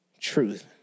truth